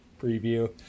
preview